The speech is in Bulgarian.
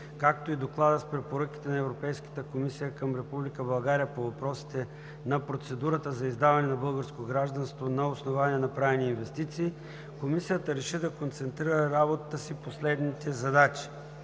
както и Доклада с препоръките на Европейската комисия към Република България по въпросите на процедурата за издаване на българско гражданство на основание направени инвестиции, Комисията реши да концентрира работата си по следните задачи: